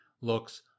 looks